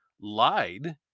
lied